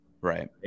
right